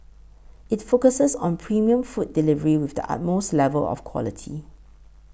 it focuses on premium food delivery with the utmost level of quality